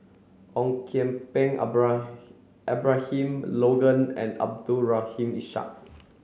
Ong Kian Peng Abra Abraham Logan and Abdul Rahim Ishak